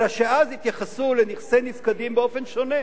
אלא שאז התייחסו לנכסי נפקדים באופן שונה,